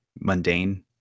mundane